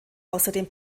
außerdem